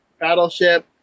Battleship